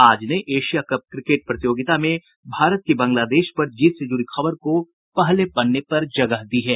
आज ने Asia cup cricket प्रतियोगिता में भारत की बांगलादेश पर जीत से जुड़ी खबर को पहले पन्ने पर जगह दी है